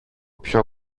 πιο